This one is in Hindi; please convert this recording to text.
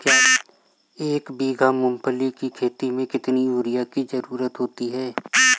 एक बीघा मूंगफली की खेती में कितनी यूरिया की ज़रुरत होती है?